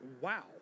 wow